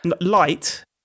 light